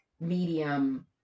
medium